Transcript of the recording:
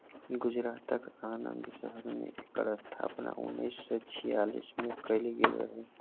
गुजरातक आणंद शहर मे एकर स्थापना उन्नैस सय छियालीस मे कएल गेल रहय